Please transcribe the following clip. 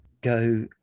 go